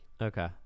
Okay